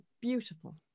Beautiful